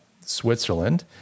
Switzerland